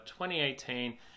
2018